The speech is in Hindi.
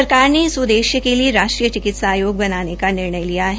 सरकार ने इस उददेश्य के लिए राष्ट्रीय चिकित्सा आयोग बनाने का निर्णय लिया है